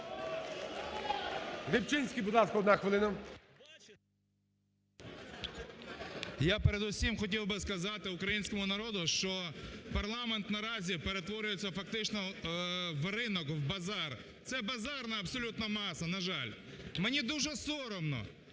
Я передусім хотів би сказати українському народу, що парламент наразі перетворюється фактично в ринок, в базар, це базарна абсолютно маса, на жаль. Мені дуже соромно,